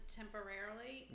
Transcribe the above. temporarily